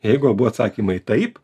jeigu abu atsakymai taip